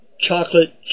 chocolate